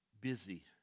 busy